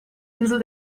insel